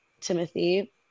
Timothy